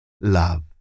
love